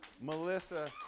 Melissa